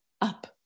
up